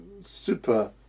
super